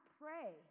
pray